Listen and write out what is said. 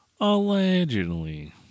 Allegedly